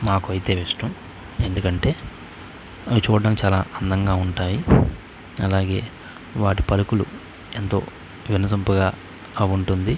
మాకు అయితే ఇష్టం ఎందుకంటే అవి చూడటానికి చాలా అందంగా ఉంటాయి అలాగే వాటి పలుకులు ఎంతో వినసొంపుగా ఉంటుంది